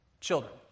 children